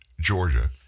Georgia